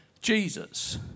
Jesus